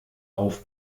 auf